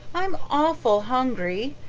i'm awful hungry.